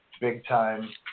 big-time